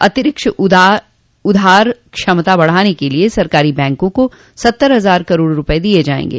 अतिरिक्त उधार क्षमता बढ़ाने के लिए सरकारी बैंकों को सत्तर हजार करोड़ रूपये दिये जायेंगे